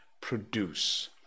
produce